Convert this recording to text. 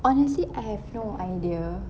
honestly I have no idea